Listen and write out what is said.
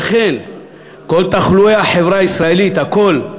וכן כל תחלואי החברה הישראלית, הכול,